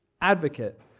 Advocate